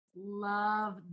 Love